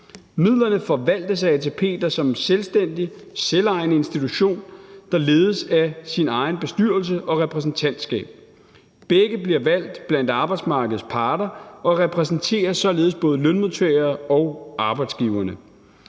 Midlerne forvaltes af ATP, der som en selvstændig, selvejende institution ledes af sin egen bestyrelse og repræsentantskab. Begge bliver valgt blandt arbejdsmarkedets parter og repræsenterer således både lønmodtagere og arbejdsgivere.